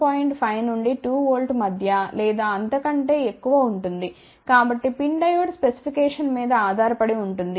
5 నుండి 2 వోల్ట్ మధ్య లేదా అంతకంటే ఎక్కువ ఉంటుంది కాబట్టి PIN డయోడ్ స్పెసిఫికేషన్ మీద ఆధారపడి ఉంటుంది